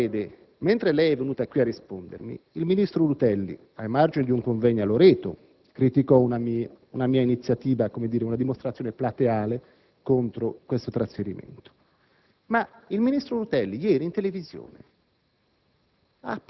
però, mentre lei è venuta qui a rispondermi, il ministro Rutelli, ai margini di un convegno a Loreto criticò una mia iniziativa, una dimostrazione plateale contro questo trasferimento, ma il ministro Rutelli ieri in televisione